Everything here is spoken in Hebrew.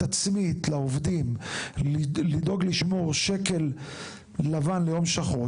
עצמית לעובדים לדאוג לשמור שקל לבן ליום שחור,